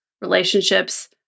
relationships